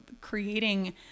creating